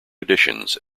editions